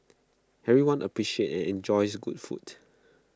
everyone appreciates and enjoys good food